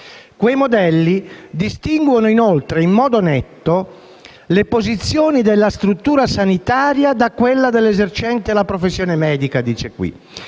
Quei modelli distinguono inoltre in modo netto le posizioni della struttura sanitaria da quella dell'esercente la professione medica, perché